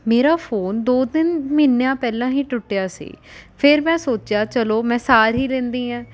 ਮੇਰਾ ਫੋਨ ਦੋ ਤਿੰਨ ਮਹੀਨਿਆਂ ਪਹਿਲਾਂ ਹੀ ਟੁੱਟਿਆ ਸੀ ਫਿਰ ਮੈਂ ਸੋਚਿਆ ਚਲੋ ਮੈਂ ਸਾਰ ਹੀ ਲੈਂਦੀ ਹਾਂ